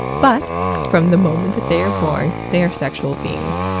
but from the moment that they're born, they're sexual beings.